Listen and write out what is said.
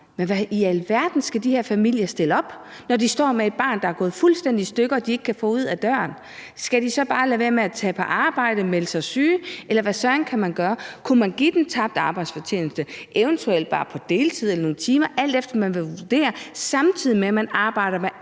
men hvad i alverden skal de her familier stille op, når de står med et barn, der er gået fuldstændig i stykker, og som de ikke kan få ud ad døren? Skal de så bare lade være med at tage på arbejde? Skal de melde sig syge? Eller hvad søren kan de gøre? Kunne man give dem kompensation for tabt arbejdsfortjeneste, eventuelt bare på deltid eller nogle timer, alt efter hvordan man vurderer det, samtidig med at man arbejder med